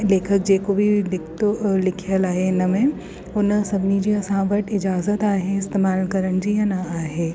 लेखु जेको बि लिखतो लिखियलु आहे हिन में हुन सभिनी जी असां वटि इजाज़त आहे इस्तेमालु करण जी या न आहे